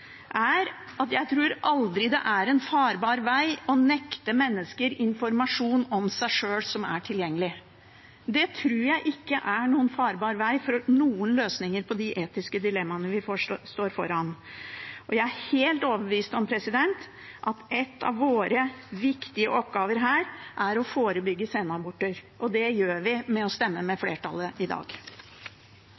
er at jeg tror aldri det er en farbar vei å nekte mennesker informasjon som er tilgjengelig om seg sjøl. Det tror jeg ikke er noen farbar vei for noen løsninger på de etiske dilemmaene vi står overfor. Jeg er helt overbevist om at en av våre viktige oppgaver her er å forebygge senaborter, og det gjør vi ved å stemme med